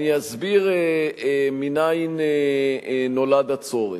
אני אסביר מאין נולד הצורך.